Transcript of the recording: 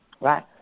Right